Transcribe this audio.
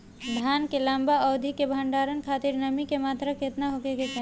धान के लंबा अवधि क भंडारण खातिर नमी क मात्रा केतना होके के चाही?